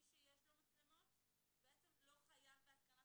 מי שיש לו מצלמות בעצם לא חייב בהתקנת